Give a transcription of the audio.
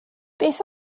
beth